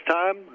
time